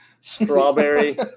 strawberry